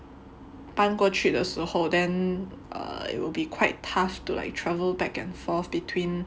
搬过去的时候 then err it will be quite tough to like travel back and forth between